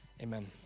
Amen